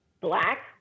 black